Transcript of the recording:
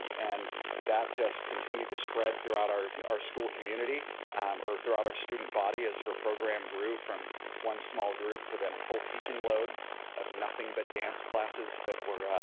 and that just continued to spread throughout our and our school community or throughout our student body as her program grew from one small group to then a full teaching load of nothing but dance classes that were